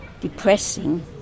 depressing